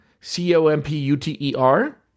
C-O-M-P-U-T-E-R